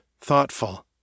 thoughtful